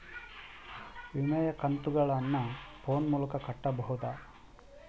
ವಿಮೆಯ ಕಂತುಗಳನ್ನ ಫೋನ್ ಮೂಲಕ ಕಟ್ಟಬಹುದಾ?